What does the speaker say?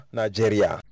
nigeria